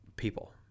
People